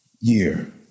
year